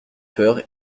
peur